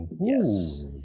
Yes